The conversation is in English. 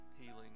healing